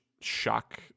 shock